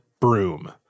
broom